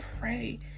pray